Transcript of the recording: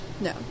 No